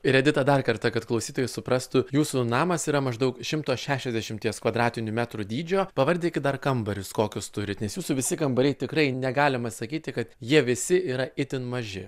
ir edita dar kartą kad klausytojai suprastų jūsų namas yra maždaug šimto šešiasdešimties kvadratinių metrų dydžio pavardinkit dar kambarius kokios turit nes jūsų visi kambariai tikrai negalima sakyti kad jie visi yra itin maži